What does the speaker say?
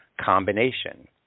combination